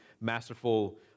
masterful